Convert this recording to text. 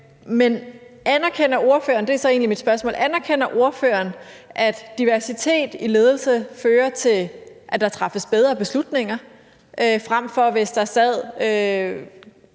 egentlig mit spørgsmål, at diversitet i ledelse fører til, at der træffes bedre beslutninger, frem for hvis der sidder